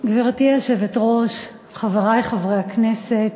גברתי היושבת-ראש, חברי חברי הכנסת,